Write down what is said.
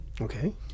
Okay